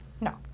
No